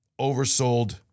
oversold